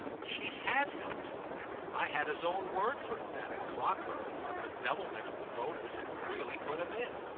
she had helped him i had his own word for it that at clockborough her bedevilment of the voters had really put him in.